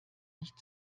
nicht